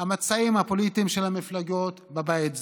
המצעים הפוליטיים של המפלגות בבית זה,